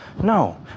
No